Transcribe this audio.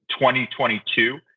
2022